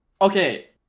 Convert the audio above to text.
Okay